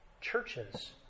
churches